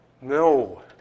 No